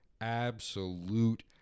absolute